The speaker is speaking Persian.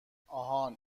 آهان